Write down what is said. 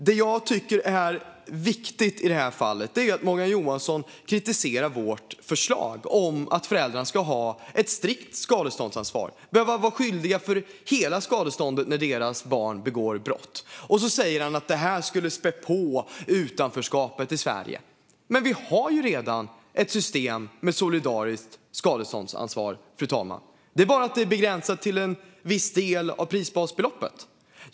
Det som är viktigt nu är att Morgan Johansson kritiserar vårt förslag att föräldrarna ska ha ett strikt skadeståndsansvar. De ska vara skyldiga att betala hela skadeståndet när deras barn begår brott. Han säger att detta skulle späda på utanförskapet i Sverige. Men vi har ju redan ett system med solidariskt skadeståndsansvar, fru talman, även om det bara är begränsat till en viss del av prisbasbeloppet.